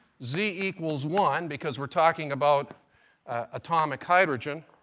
z equals one because we're talking about atomic hydrogen.